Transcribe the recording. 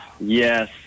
Yes